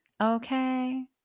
Okay